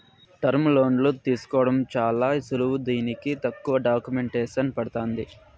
టర్ములోన్లు తీసుకోవడం చాలా సులువు దీనికి తక్కువ డాక్యుమెంటేసన్ పడతాంది